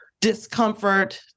discomfort